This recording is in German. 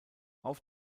auf